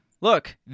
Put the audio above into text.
look